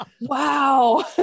Wow